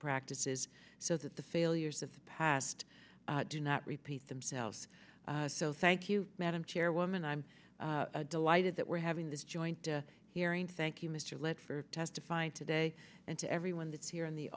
practices so that the failures of the past do not repeat themselves so thank you madam chairwoman i'm delighted that we're having this joint hearing thank you mr lead for testifying today and to everyone that's here in the